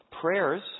Prayers